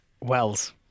Wells